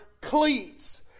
cleats